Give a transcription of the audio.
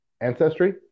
Ancestry